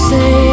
Say